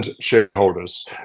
shareholders